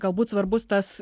galbūt svarbus tas